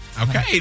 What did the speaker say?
Okay